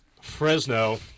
Fresno